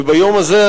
וביום הזה,